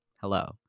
Hello